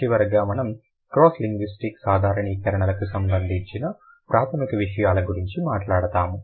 చివరగా మనము cross linguistic సాధారణీకరణలకు సంబంధించిన ప్రాథమిక విషయాల గురించి మాట్లాడుతాము